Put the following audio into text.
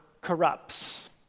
corrupts